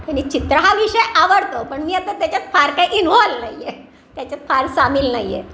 आणि चित्र हा विषय आवडतो पण मी आता त्याच्यात फार काय इन्व्हॉल्व नाही आहे त्याच्यात फार सामील नाही आहे